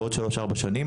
בעוד שלוש ארבע שנים,